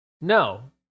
No